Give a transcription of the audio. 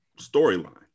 storyline